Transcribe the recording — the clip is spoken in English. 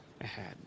ahead